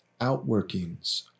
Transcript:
outworkings